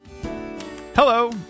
Hello